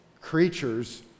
creatures